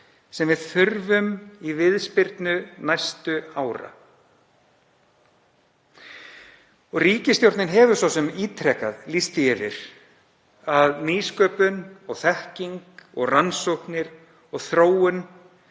sem við þurfum í viðspyrnu næstu ára. Ríkisstjórnin hefur svo sem ítrekað lýst því yfir að nýsköpun og þekking og rannsóknir og þróun